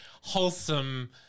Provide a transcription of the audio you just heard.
wholesome